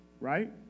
Right